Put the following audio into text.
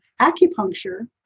acupuncture